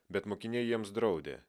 bet mokiniai jiems draudė